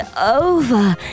over